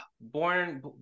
born